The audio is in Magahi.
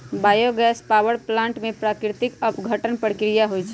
बायो गैस पावर प्लांट में प्राकृतिक अपघटन प्रक्रिया होइ छइ